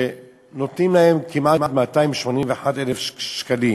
כשנותנים להם כ-281,000 שקלים